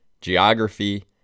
geography